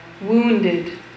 wounded